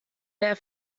der